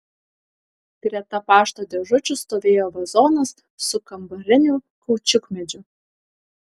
greta pašto dėžučių stovėjo vazonas su kambariniu kaučiukmedžiu